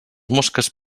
mosques